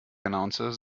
announces